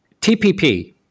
TPP